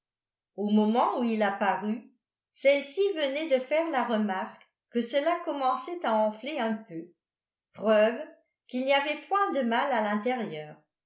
au moment où il apparut celle-ci venait de faire la remarque que cela commençait à enfler un peu preuve qu'il n'y avait point de mal à l'intérieur